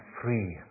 free